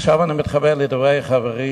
עכשיו אני מתחבר לדברי חברי,